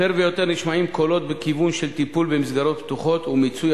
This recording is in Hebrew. יותר ויותר נשמעים קולות בכיוון של טיפול במסגרות פתוחות ומיצוי